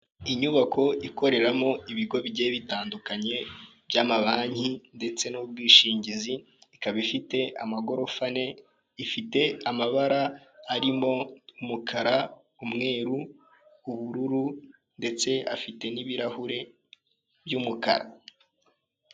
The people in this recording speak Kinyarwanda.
Inyubako ikoreramo ibigo bigiye bitandukanye by'amabanki ndetse n'ubwishingizi, ikaba ifite amagorofa ane, ifite amabara arimo umukara, umweru, ubururu ndetse afite n'ibirahure by'umukara.